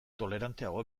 toleranteago